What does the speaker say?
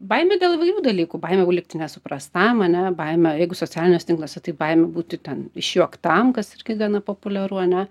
baimė dėl įvairių dalykų baimė likti nesuprastam ane baimė jeigu socialiniuose tinkluose tai baimė būti ten išjuoktam kas irgi gana populiaru ane